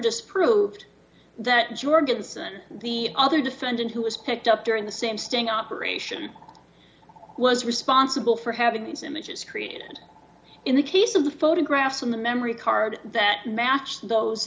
just proved ringback that jorgensen the other defendant who was picked up during the same sting operation was responsible for having these images created in the case of the photographs in the memory card that match those